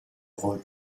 rôle